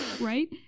Right